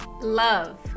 Love